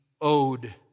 owed